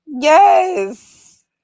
yes